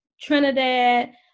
Trinidad